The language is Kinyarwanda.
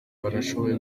barashoboye